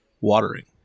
watering